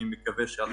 אני מקווה שעכשיו,